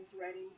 ready